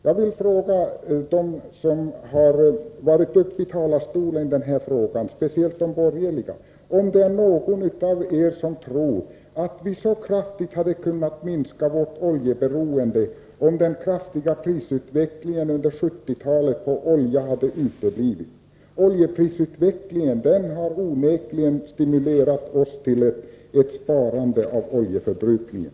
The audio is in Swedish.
Jag vill fråga dem som varit uppe i talarstolen i denna fråga — speciellt de borgerliga — om det är någon av er som tror att vi så kraftigt hade kunnat minska vårt oljeberoende om den kraftiga prisutvecklingen under 1970-talet hade uteblivit. Oljeprisutvecklingen har onekligen stimulerat oss till ett sparande när det gäller oljeförbrukningen.